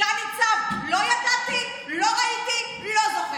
סגן ניצב: לא ידעתי, לא ראיתי, לא זוכר.